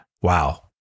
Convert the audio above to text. wow